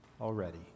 already